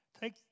Take